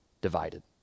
divided